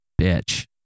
bitch